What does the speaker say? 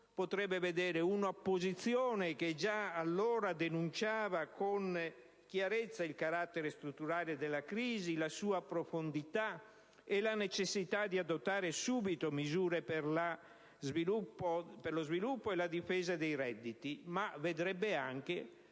potrebbe vedere un'opposizione che già allora denunciava con chiarezza il carattere strutturale della crisi, la sua profondità e la necessità di adottare subito misure per lo sviluppo e la difesa dei redditi, ma vedrebbe anche